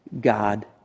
God